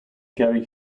garry